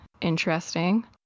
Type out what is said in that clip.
interesting